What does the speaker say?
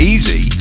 Easy